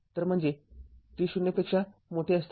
तर म्हणजे t0 साठी i०